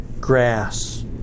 grass